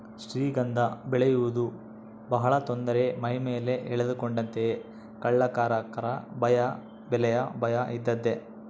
ಶ್ರೀಗಂಧ ಬೆಳೆಯುವುದು ಬಹಳ ತೊಂದರೆ ಮೈಮೇಲೆ ಎಳೆದುಕೊಂಡಂತೆಯೇ ಕಳ್ಳಕಾಕರ ಭಯ ಬೆಲೆಯ ಭಯ ಇದ್ದದ್ದೇ